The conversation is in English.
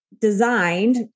designed